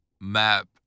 map